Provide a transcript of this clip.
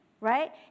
right